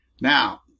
now